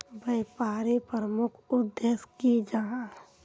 व्यापारी प्रमुख उद्देश्य की जाहा?